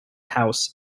house